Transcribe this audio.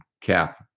cap